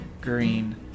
green